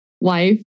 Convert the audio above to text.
Life